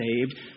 saved